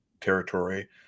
territory